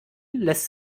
lässt